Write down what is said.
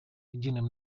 единым